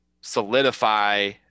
solidify